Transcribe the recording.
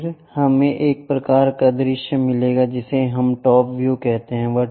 फिर हमें एक प्रकार का दृश्य मिलेगा जिसे हम टॉप व्यू कहते हैं